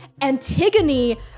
Antigone